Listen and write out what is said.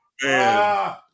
man